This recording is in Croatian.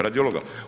Radiologa.